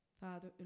Father